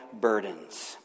burdens